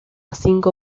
cinco